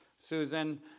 Susan